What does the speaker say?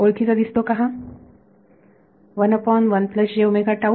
ओळखीचा दिसतो का हा